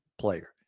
player